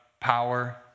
power